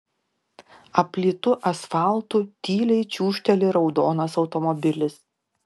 aplytu asfaltu tyliai čiūžteli raudonas automobilis